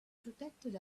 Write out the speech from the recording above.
protected